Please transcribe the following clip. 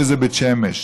וזה בית שמש?